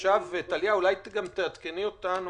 טליה, אולי תעדכני אותנו,